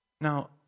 Now